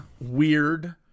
weird